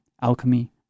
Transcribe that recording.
alchemy